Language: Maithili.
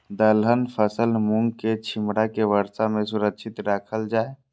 दलहन फसल मूँग के छिमरा के वर्षा में सुरक्षित राखल जाय?